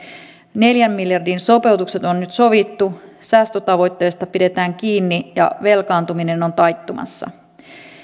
neljän miljardin sopeutukset on nyt sovittu säästötavoitteista pidetään kiinni ja velkaantuminen on taittumassa